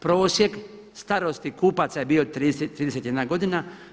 Prosjek starosti kupaca je bio 31 godina.